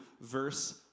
verse